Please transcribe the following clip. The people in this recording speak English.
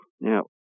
Now